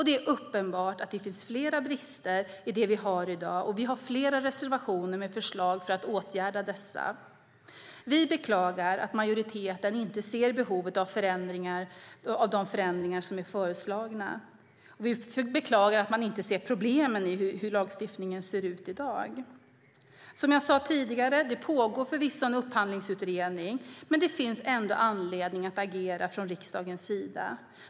Det är uppenbart att det finns flera brister i det som vi har i dag, och vi har flera reservationer med förslag för att åtgärda dessa. Vi beklagar att majoriteten inte ser behovet av de förändringar som är föreslagna. Vi beklagar att man inte ser problemen i hur lagstiftningen ser ut i dag. Som jag sade tidigare pågår det förvisso en upphandlingsutredning. Men det finns ändå anledning att agera från riksdagens sida.